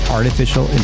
Artificial